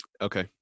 Okay